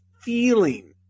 feeling